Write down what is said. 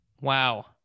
Wow